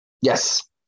Yes